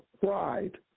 pride